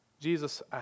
Jesus